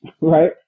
right